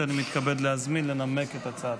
שאני מתכבד להזמין לנמק את הצעתה.